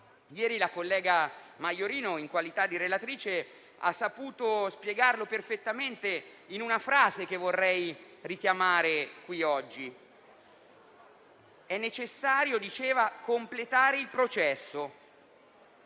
Ieri la collega Maiorino, in qualità di relatrice, ha saputo spiegarlo perfettamente in una frase che vorrei richiamare qui oggi. Ha detto che è necessario completare il processo